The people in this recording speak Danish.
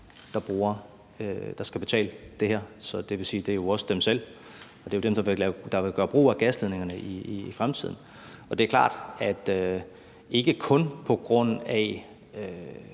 der skal betale det her. Så det vil sige, at det jo også er dem selv, altså dem, der vil gøre brug af gasledningerne i fremtiden, der skal det. Det er klart, at ikke kun på grund af